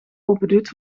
opendoet